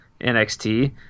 NXT